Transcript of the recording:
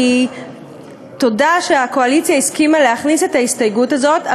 כי תודה שהקואליציה הסכימה להכניס את ההסתייגות הזאת,